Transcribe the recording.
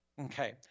Okay